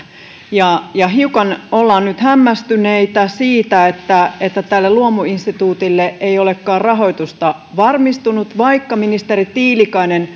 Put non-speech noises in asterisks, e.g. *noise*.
hiukan ollaan nyt hämmästyneitä siitä että että tälle luomuinstituutille ei olekaan rahoitusta varmistunut vaikka ministeri tiilikainen *unintelligible*